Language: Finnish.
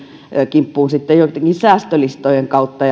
kimppuun joittenkin säästölistojen kautta